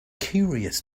curious